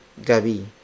gabi